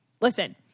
Listen